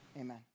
Amen